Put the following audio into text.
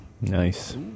nice